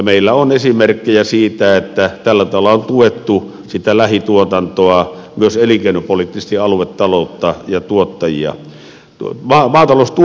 meillä on esimerkkejä siitä että tällä tavalla on tuettu sitä lähituotantoa myös elinkeinopoliittisesti aluetaloutta ja tuottajia